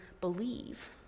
believe